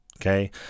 Okay